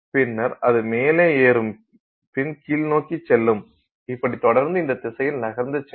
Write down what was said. பின்னர் அது மேலே ஏறும் பின் கீழ்நோக்கி செல்லும் இப்படி தொடர்ந்து இந்த திசையில் நகர்ந்து செல்லும்